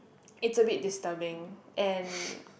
it's a bit disturbing and